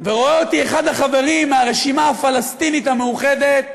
ורואה אותי אחד החברים מהרשימה הפלסטינית המאוחדת,